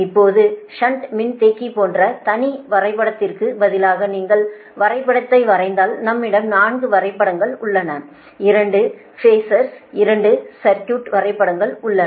இப்போது ஷண்ட் மின்தேக்கி போன்ற தனி வரைபடத்திற்கு பதிலாக நீங்கள் வரைபடத்தை வரைந்தால் நம்மிடம் 4 வரைபடங்கள் உள்ளன இரண்டு ஃபேஸர் இரண்டு சர்க்யூட் வரைபடங்கள் உள்ளன